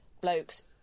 blokes